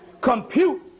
compute